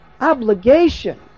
obligation